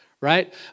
right